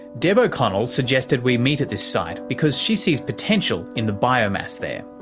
deb o'connell suggested we meet at this site because she sees potential in the biomass there.